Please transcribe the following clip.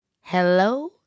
hello